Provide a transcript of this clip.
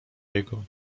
jego